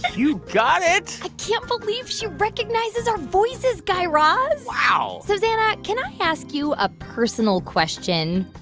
you got it i can't believe she recognizes our voices, guy raz wow so, zana, can i ask you a personal question?